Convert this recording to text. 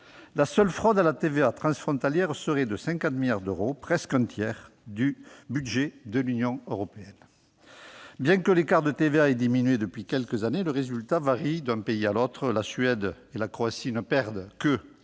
La seule fraude à la TVA transfrontalière s'élèverait à 50 milliards d'euros, soit presque un tiers du budget de l'Union européenne. Bien que l'écart de TVA ait diminué depuis quelques années, les résultats varient d'un pays à l'autre. La Suède et la Croatie ne perdent que,